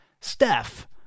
Steph